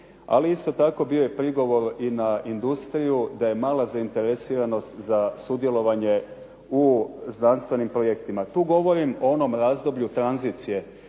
ali isto tako bio je prigovor i na industriju da je mala zainteresiranost za sudjelovanje u znanstvenim projektima. Tu govorim o onom razdoblju tranzicije